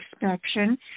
inspection